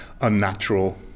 unnatural